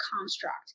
construct